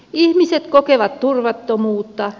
ihmiset kokevat turvattomuutta